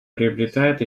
приобретает